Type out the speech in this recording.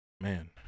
Man